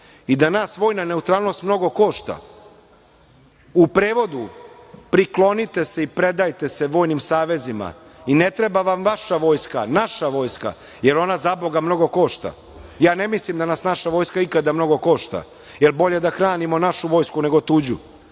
i da nas vojna neutralnost mnogo košta. U prevodu, priklonite se i predajte se vojnim savezima i ne treba vam vaša vojska, naša vojska, jer ona zaboga mnogo košta. Ja ne mislim da nas naša vojska ikada mnogo košta, jer bolje da hranimo našu vojsku nego tuđu